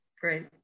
Great